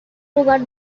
lugar